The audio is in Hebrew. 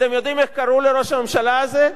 אתם יודעים איך קראו לראש הממשלה הזה?